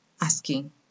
asking